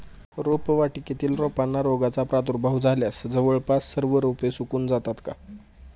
रोपवाटिकेतील रोपांना रोगाचा प्रादुर्भाव झाल्यास जवळपास सर्व रोपे सुकून जातात का?